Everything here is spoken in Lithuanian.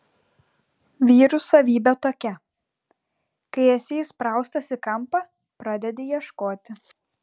vyrų savybė tokia kai esi įspraustas į kampą pradedi ieškoti